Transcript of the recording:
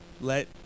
let